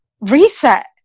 reset